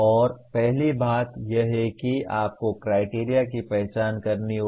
और पहली बात यह है कि आपको क्राइटेरिया की पहचान करनी होगी